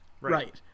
Right